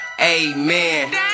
Amen